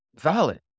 valid